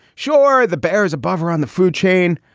sure, the bears above her on the food chain.